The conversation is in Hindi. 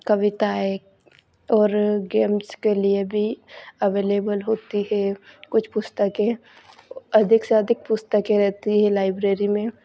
कविताएँ और गेम्स के लिए भी अवेलेबल होती है कुछ पुस्तकें अधिक से अधिक पुस्तकें रहती है लाइब्रेरी में